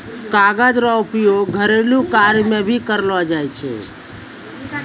कागज रो उपयोग घरेलू कार्य मे भी करलो जाय छै